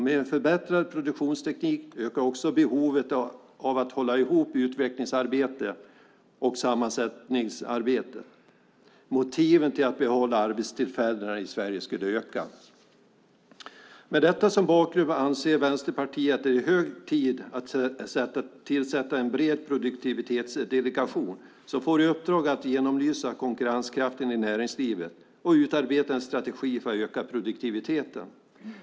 Med en förbättrad produktionsteknik ökar också behovet av att hålla ihop utvecklingsarbetet och sammansättningsarbetet. Motiven till att behålla arbetstillfällena i Sverige skulle öka. Med detta som bakgrund anser Vänsterpartiet att det är hög tid att tillsätta en bred produktivitetsdelegation som får i uppdrag att genomlysa konkurrenskraften i näringslivet och utarbeta en strategi för att öka produktiviteten.